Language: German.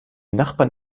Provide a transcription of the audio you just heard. nachbarn